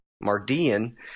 Mardian